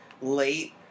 late